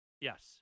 yes